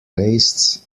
waists